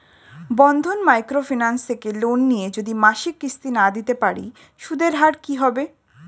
বন্ধন microfinance থেকে loan নিয়ে যদি মাসিক কিস্তি না দিতে পারি সুদের হার কি হবে?